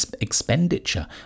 expenditure